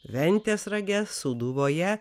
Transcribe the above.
ventės rage sūduvoje